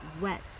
wet